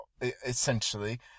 essentially